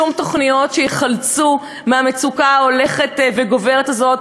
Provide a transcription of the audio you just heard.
שום תוכניות שיחלצו מהמצוקה ההולכת וגוברת הזאת,